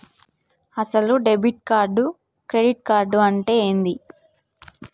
అసలు debit card credit card అంటే ఏంది?